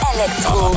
Electro